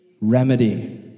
remedy